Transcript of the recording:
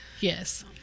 Yes